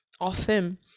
often